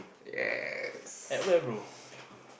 yes